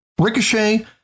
Ricochet